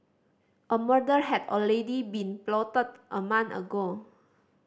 a murder had already been plotted a month ago